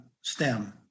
STEM